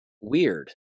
Weird